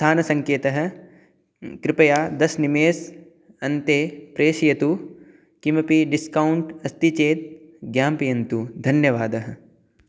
स्थानसङ्केतः कृपया दशनिमेष अन्ते प्रेषयतु किमपि डिस्कौण्ट् अस्ति चेत् ज्ञापयन्तु धन्यवादः